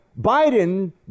biden